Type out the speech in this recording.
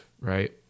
right